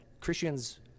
Christians